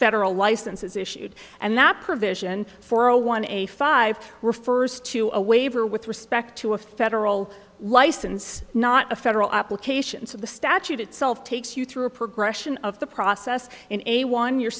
federal license is issued and that provision for a one a five refers to a waiver with respect to a federal license not a federal applications of the statute itself takes you through a progression of the process in a one you're